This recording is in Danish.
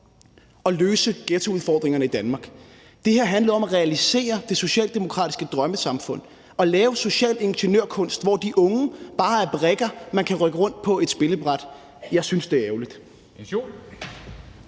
at løse ghettoudfordringerne i Danmark. Det her handlede om at realisere det socialdemokratiske drømmesamfund og lave social ingeniør-kunst, hvor de unge bare er brikker, man kan rykke rundt på et spillebræt. Jeg synes, det er ærgerligt.